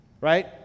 Right